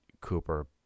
Cooper